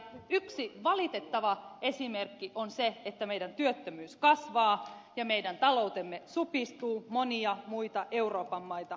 yksi valitettava esimerkki on se että meidän työttömyytemme kasvaa ja meidän taloutemme supistuu monia muita euroopan maita enemmän